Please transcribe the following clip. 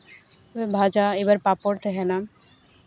ᱵᱷᱟᱡᱟ ᱮᱵᱟᱨ ᱯᱟᱯᱚᱲ ᱛᱟᱦᱮᱱᱟ